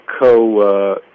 co